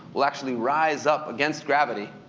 will actually rise up against gravity,